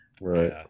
Right